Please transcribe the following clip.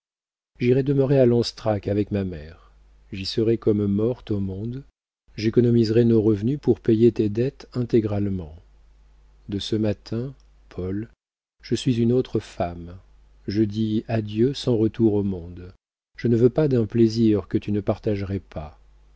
j'irai demeurer à lanstrac avec ma mère j'y serai comme morte au monde j'économiserai nos revenus pour payer tes dettes intégralement de ce matin paul je suis une autre femme je dis adieu sans retour au monde je ne veux pas d'un plaisir que tu ne partagerais pas